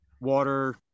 water